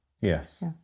Yes